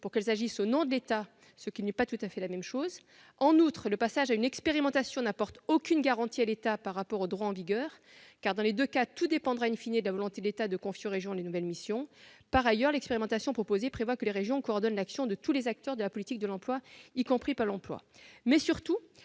pour qu'elles agissent au nom de l'État, ce qui n'est pas du tout la même chose. En outre, le passage à une expérimentation n'apporte aucune garantie à l'État par rapport au droit en vigueur, car dans les deux cas tout dépendra de la volonté de l'État de confier aux régions de nouvelles missions. Par ailleurs, l'expérimentation proposée prévoit que les régions coordonnent l'action de tous les acteurs de la politique de l'emploi, y compris Pôle emploi. Enfin et surtout,